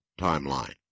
timeline